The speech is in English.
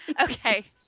Okay